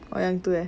oh yang itu eh